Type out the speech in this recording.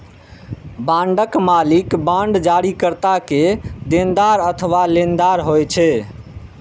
बांडक मालिक बांड जारीकर्ता के देनदार अथवा लेनदार होइ छै